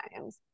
times